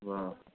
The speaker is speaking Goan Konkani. वाह